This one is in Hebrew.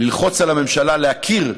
של ללחוץ על הממשלה להכיר בכלל,